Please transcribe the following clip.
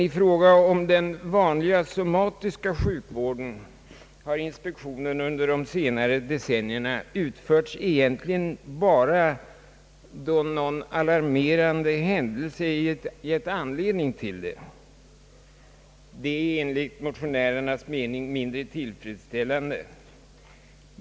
I fråga om den vanliga somatiska sjukvården har inspektionen under de senare decennierna dock egentligen bara utförts, då någon alarmerande händelse gett anledning till det. Detta är enligt motionärernas mening mindre tillfredsställande.